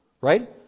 right